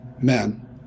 men